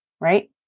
right